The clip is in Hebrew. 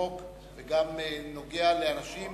ועמוק וגם נוגע לאנשים